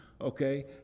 Okay